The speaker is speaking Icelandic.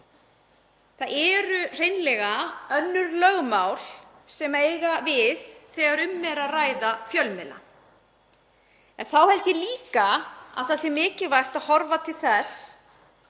Það eru hreinlega önnur lögmál sem eiga við þegar um er að ræða fjölmiðla. Þá held ég líka að það sé mikilvægt að horfa til þess